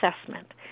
assessment